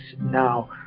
now